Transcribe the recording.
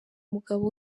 umugabo